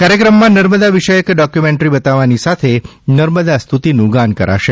કાર્યક્રમમાં નર્મદા વિષયક ડોક્યુમેન્ટરી બતાવવાની સાથે નર્મદા સ્તુતિનું ગાન કરાશે